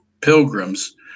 pilgrims